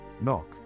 knock